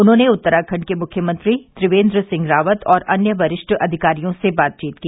उन्होंने उत्तराखण्ड के मुख्यमंत्री त्रिवेंद्र सिंह रावत और अन्य वरिष्ठ अधिकारियों से बातचीत की